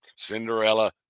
cinderella